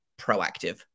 proactive